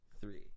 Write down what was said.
three